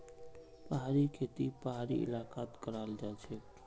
पहाड़ी खेती पहाड़ी इलाकात कराल जाछेक